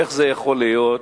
איך יכול להיות